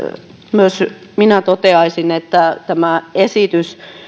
myös minä toteaisin että tämä esitys